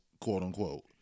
quote-unquote